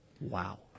Wow